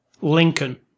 Lincoln